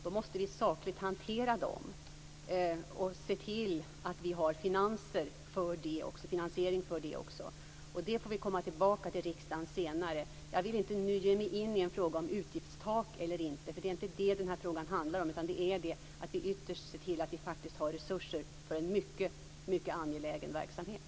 Vi måste då sakligt hantera dem och se till att vi har finansiering för det också. Det får vi komma tillbaka till riksdagen med senare. Jag vill inte nu ge mig in i en fråga om utgiftstak, därför att det är inte det frågan handlar om. Frågan handlar om att vi ytterst ser till att vi faktiskt har resurser för en mycket angelägen verksamhet.